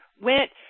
went